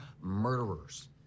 murderers